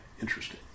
interesting